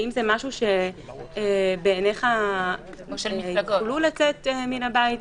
האם הם יוכלו לצאת מהבית